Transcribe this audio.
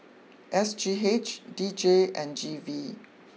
S G H D J and G V